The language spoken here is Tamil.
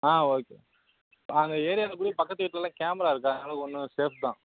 ஆ ஓகே அங்கே ஏரியாவில் போய் பக்கத்து வீட்லலாம் கேமரா இருக்கு அதனால் ஒன்றும் சேஃப் தான்